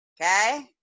okay